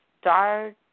start